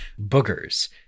boogers